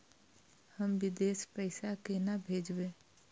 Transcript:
हम विदेश पैसा केना भेजबे?